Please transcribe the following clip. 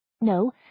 No